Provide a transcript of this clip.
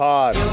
Pod